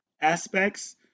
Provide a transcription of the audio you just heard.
aspects